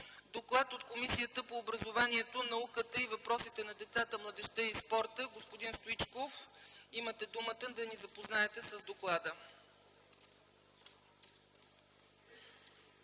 Доклад от Комисията по образованието, науката и въпросите на децата, младежта и спорта. Господин Стоичков, имате думата да ни запознаете с доклада.